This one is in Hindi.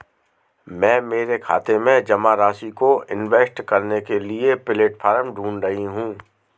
मैं मेरे खाते में जमा राशि को इन्वेस्ट करने के लिए प्लेटफॉर्म ढूंढ रही हूँ